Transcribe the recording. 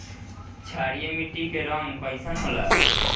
क्षारीय मीट्टी क रंग कइसन होला?